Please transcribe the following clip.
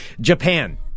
Japan